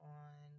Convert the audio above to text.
on